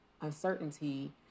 uncertainty